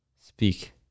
Speak